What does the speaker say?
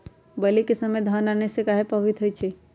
बली क समय धन बारिस आने से कहे पभवित होई छई?